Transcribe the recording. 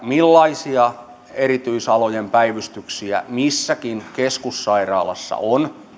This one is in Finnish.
millaisia erityisalojen päivystyksiä missäkin keskussairaalassa on